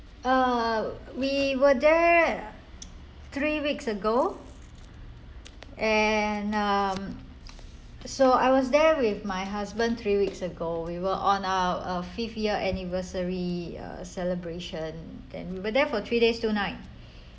uh we were there three weeks ago and um so I was there with my husband three weeks ago we were on our fifth year anniversary uh celebration then we were there for three days two night